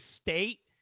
state